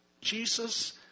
Jesus